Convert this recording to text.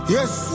Yes